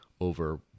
over